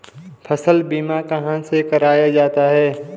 फसल बीमा कहाँ से कराया जाता है?